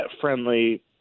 friendly